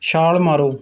ਛਾਲ ਮਾਰੋ